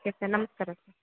okay sir ನಮಸ್ಕಾರ sir